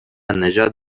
نژاد